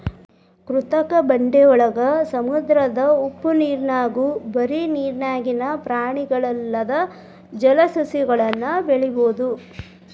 ಕೃತಕ ಬಂಡೆಯೊಳಗ, ಸಮುದ್ರದ ಉಪ್ಪನೇರ್ನ್ಯಾಗು ಬರಿ ನೇರಿನ್ಯಾಗಿನ ಪ್ರಾಣಿಗಲ್ಲದ ಜಲಸಸಿಗಳನ್ನು ಬೆಳಿಬೊದು